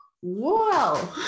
Whoa